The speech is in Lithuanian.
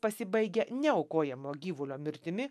pasibaigė ne aukojamo gyvulio mirtimi